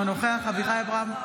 אינו נוכח אביחי אברהם